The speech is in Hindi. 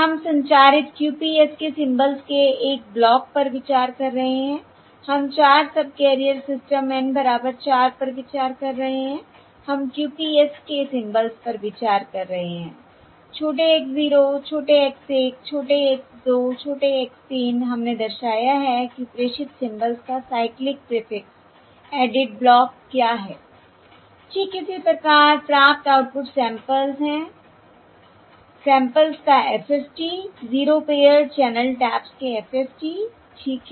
हम संचारित QPSK सिंबल्स के एक ब्लॉक पर विचार कर रहे हैं हम 4 सबकैरियर सिस्टम N बराबर 4 पर विचार कर रहे हैं हम QPSK सिंबल्स पर विचार कर रहे हैं छोटे x 0 छोटे x 1 छोटे x 2 छोटे x 3 हमने दर्शाया है कि प्रेषित सिंबल्स का साइक्लिक प्रीफिक्स एडेड ब्लॉक क्या है ठीक इसी प्रकार प्राप्त आउटपुट सैंपल्स हैं सैंपल्स का FFT 0 पेअर्ड चैनल टैप्स के FFT ठीक है